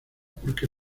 porque